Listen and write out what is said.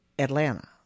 Atlanta